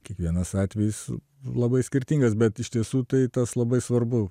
kiekvienas atvejis labai skirtingas bet iš tiesų tai tas labai svarbu